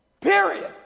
Period